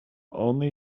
only